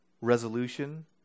resolution